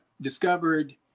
discovered